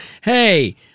hey